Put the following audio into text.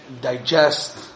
digest